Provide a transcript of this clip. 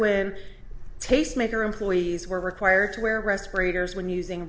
when tastemaker employees were required to wear respirators when using